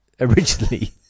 originally